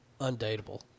Undateable